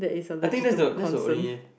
I think that's the that's the only